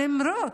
למרות